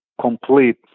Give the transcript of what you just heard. complete